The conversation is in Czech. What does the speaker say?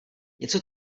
něco